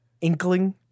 inkling